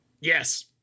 Yes